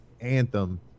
Anthem